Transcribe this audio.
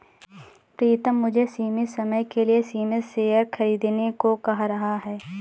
प्रितम मुझे सीमित समय के लिए सीमित शेयर खरीदने को कह रहा हैं